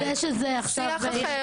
שיח אחר,